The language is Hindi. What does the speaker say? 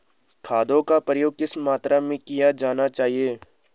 खादों का प्रयोग किस मात्रा में किया जाना चाहिए?